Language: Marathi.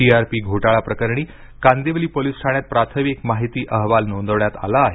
टी आर पी घोटाळा प्रकरणी कांदिवली पोलिस ठाण्यात प्राथमिक माहिती अहवाल नोंदवण्यात आला आहे